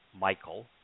Michael